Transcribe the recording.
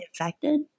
infected